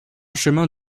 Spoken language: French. chemin